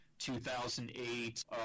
2008